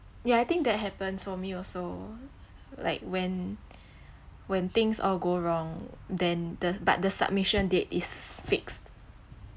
yeah I think that happens for me also like when when things all go wrong then the but the submission date is fixed